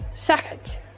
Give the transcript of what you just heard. Second